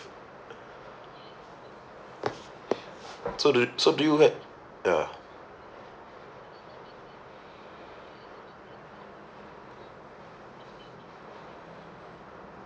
so do so do you have ah